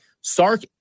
Sark